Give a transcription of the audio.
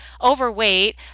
overweight